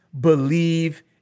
believe